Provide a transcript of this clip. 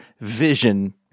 Vision